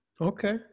okay